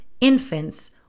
infants